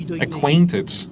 acquainted